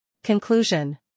Conclusion